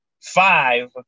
five